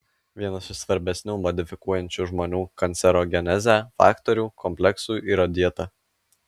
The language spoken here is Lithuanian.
vienas iš svarbesnių modifikuojančių žmonių kancerogenezę faktorių kompleksų yra dieta